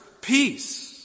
peace